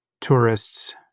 tourists